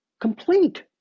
complete